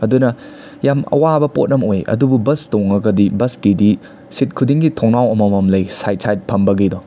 ꯑꯗꯨꯅ ꯌꯥꯝ ꯑꯋꯥꯕ ꯄꯣꯠ ꯑꯃ ꯑꯣꯏ ꯑꯗꯨꯕꯨ ꯕꯁ ꯇꯣꯡꯉꯒꯗꯤ ꯕꯁ ꯀꯤꯗꯤ ꯁꯤꯠ ꯈꯨꯗꯤꯡꯒꯤ ꯊꯣꯡꯅꯥꯎ ꯑꯃꯃꯝ ꯂꯩ ꯁꯥꯏꯠ ꯁꯥꯏꯠ ꯐꯝꯕꯒꯤꯗꯣ